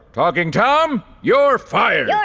talking tom, you're fired!